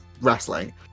wrestling